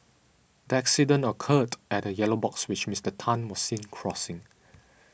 the accident occurred at a yellow box which Mister Tan was seen crossing